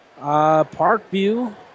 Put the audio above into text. Parkview